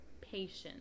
patience